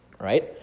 Right